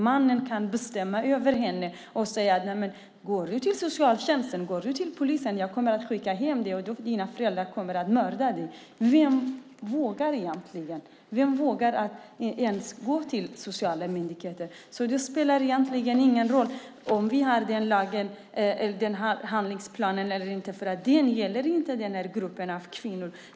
Mannen kan bestämma över kvinnan. Han kan säga: Om du går till socialtjänsten eller polisen kommer jag att skicka hem dig, och dina föräldrar kommer att mörda dig! Vem vågar då gå till sociala myndigheter? Det spelar egentligen ingen roll om vi har den här lagen och handlingsplanen eller inte, för det gäller inte den här gruppen av kvinnor.